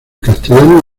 castellano